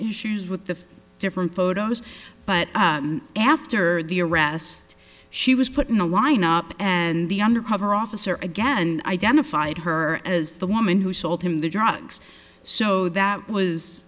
issues with the different photos but after the arrest she was put in a lineup and the undercover officer again identified her as the woman who sold him the drugs so that was